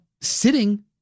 sitting